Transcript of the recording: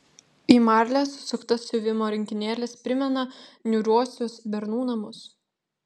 į marlę susuktas siuvimo rinkinėlis primena niūriuosius bernų namus